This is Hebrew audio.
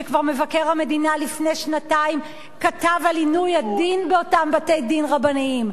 שכבר מבקר המדינה לפני שנתיים כתב על עינוי הדין באותם בתי-דין רבניים,